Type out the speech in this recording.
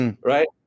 Right